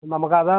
മ്മ് നമുക്കത്